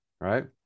right